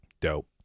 Dope